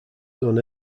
son